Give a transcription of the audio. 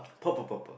purple purple